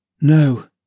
No